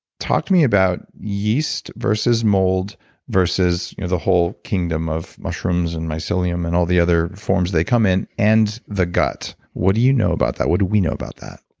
talk to me about yeast versus mold versus you know the whole kingdom of mushrooms and mycelium and all the other forms they come in and the gut. what do you know about that? what do we know about that?